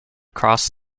crossed